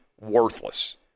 worthless